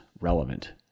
relevant